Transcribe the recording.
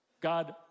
God